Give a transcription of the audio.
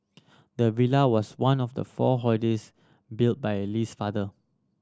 the villa was one of the four holidays built by Lee's father